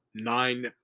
nine